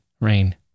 Rain